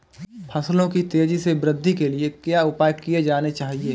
फसलों की तेज़ी से वृद्धि के लिए क्या उपाय किए जाने चाहिए?